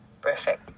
Perfect